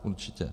Určitě.